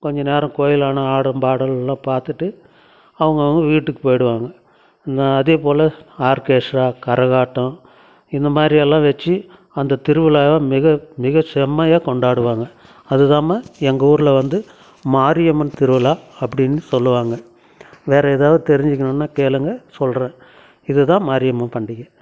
கொஞ்ச நேரம் கோவிலான ஆடம் பாடல்லாம் பார்த்துட்டு அவங்கவுங்க வீட்டுக் போயிடுவாங்க அதேபோல் ஆர்கேஷ்ரா கரகாட்டம் இந்த மாதிரியெல்லாம் வெச்சு அந்த திருவிழாவை மிக மிக செம்மையாக கொண்டாடுவாங்க அதுதாம்மா எங்கள் ஊரில் வந்து மாரியம்மன் திருவிழா அப்படின்னு சொல்லுவாங்க வேறு ஏதாவது தெரிஞ்சுக்கிணுன்னா கேளுங்க சொல்கிறேன் இதுதான் மாரியம்மன் பண்டிகை